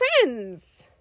friends